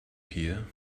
here